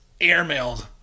airmailed